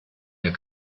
der